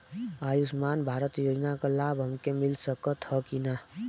आयुष्मान भारत योजना क लाभ हमके मिल सकत ह कि ना?